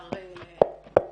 חסר משתתפים.